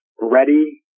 ready